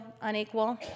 unequal